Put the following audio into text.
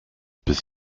bis